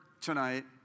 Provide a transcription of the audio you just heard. tonight